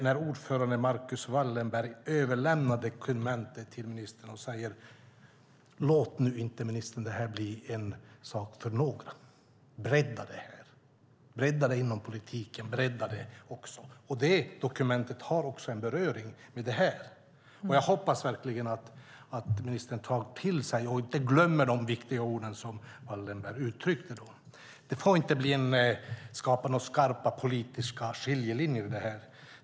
När ordföranden Marcus Wallenberg överlämnade dokumentet till ministern sade han: Låt nu inte det här bli en sak för några, bredda det, bredda det inom politiken, bredda det! Det dokumentet har också en beröring med dagens fråga. Jag hoppas verkligen att ministern tar till sig och inte glömmer de viktiga ord som Wallenberg uttryckte. Det här får inte skapa skarpa politiska skiljelinjer.